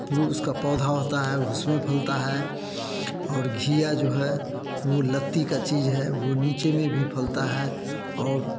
फिर उसका पौधा होता है उसमें फलता है और घिया जो है वो लता का चीज है वो नीचे में भी फलता है और